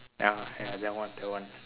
ya ya that one that one